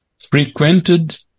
frequented